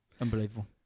Unbelievable